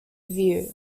view